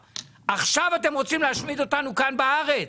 עכשיו אתם רוצים להשמיד אותנו כאן בארץ.